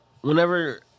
Whenever